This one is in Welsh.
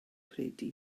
credu